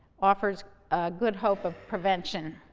offers a good hope of prevention.